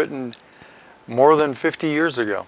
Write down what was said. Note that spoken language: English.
written more than fifty years ago